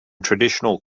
traditional